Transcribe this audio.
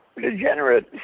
degenerate